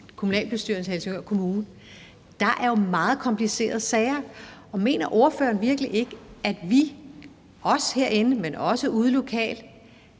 kommunalbestyrelsen i Helsingør Kommune sige, at der jo er meget komplicerede sager. Mener ordføreren virkelig ikke, at vi herinde, men også ude lokalt,